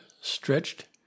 stretched